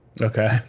Okay